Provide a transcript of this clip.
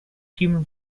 human